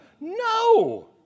No